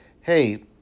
hey